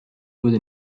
wurde